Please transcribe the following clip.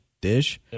Dish